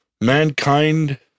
mankind